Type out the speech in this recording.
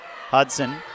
Hudson